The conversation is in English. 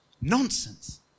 Nonsense